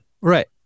right